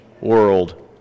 world